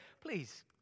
Please